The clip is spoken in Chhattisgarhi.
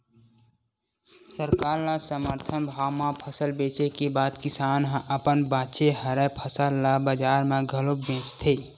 सरकार ल समरथन भाव म फसल बेचे के बाद किसान ह अपन बाचे हरय फसल ल बजार म घलोक बेचथे